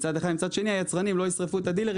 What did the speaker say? ומצד שני היצרנים לא ישרפו את הדילרים